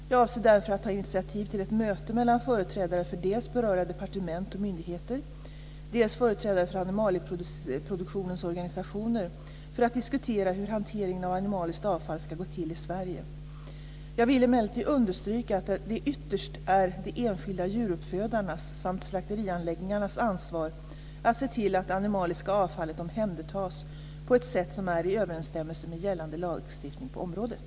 Jag avser därför att ta initiativ till ett möte mellan företrädare för dels berörda departement och myndigheter, dels företrädare för animalieproduktionens organisationer, för att diskutera hur hanteringen av animaliskt avfall ska gå till i Sverige. Jag vill emellertid understryka att det ytterst är de enskilda djuruppfödarnas samt slakterianläggningarnas ansvar att se till att det animaliska avfallet omhändertas på ett sätt som är i överensstämmelse med gällande lagstiftning på området.